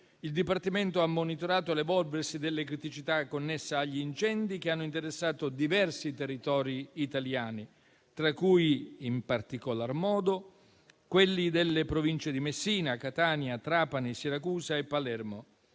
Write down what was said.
il dipartimento ha monitorato l'evolversi delle criticità connesse agli incendi che hanno interessato diversi territori italiani, tra cui, in particolar modo, quelli delle province di Messina, Catania, Trapani, Siracusa e Palermo,